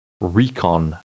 recon